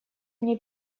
мне